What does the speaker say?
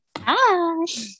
Hi